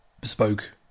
bespoke